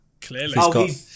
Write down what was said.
clearly